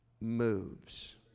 moves